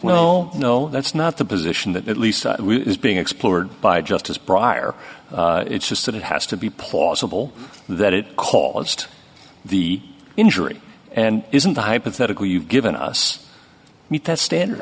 the no that's not the position that at least is being explored by justice prior it's just that it has to be plausible that it caused the injury and isn't a hypothetical you've given us meet that standard